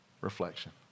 reflection